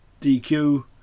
DQ